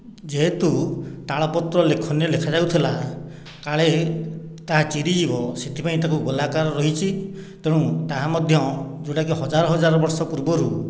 ଯେହେତୁ ତାଳପତ୍ର ଲେଖନୀ ଲେଖାଯାଉଥିଲା କାଳେ ତାହା ଚିରିଯିବ ସେଥିପାଇଁ ତାକୁ ଗୋଲାକାର ରହିଛି ତେଣୁ ତାହା ମଧ୍ୟ ଯେଉଁଟା କି ହଜାର ହଜାର ବର୍ଷ ପୂର୍ବରୁ